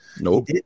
Nope